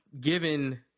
given